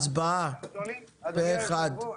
הצבעה אושר.